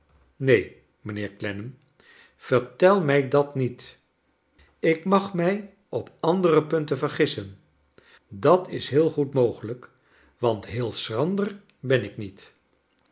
keen mijnheer clennam vertel mij dat niet ik mag mij op andere punten vergissen dat is heel goed mogelrjk want heel schrander ben ik niet